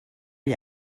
gli